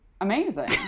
amazing